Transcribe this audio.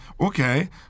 Okay